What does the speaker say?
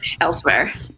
elsewhere